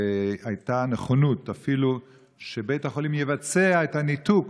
הייתה נכונות אפילו שבית החולים יבצע את הניתוק